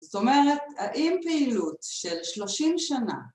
זאת אומרת האם פעילות של שלושים שנה